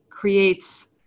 creates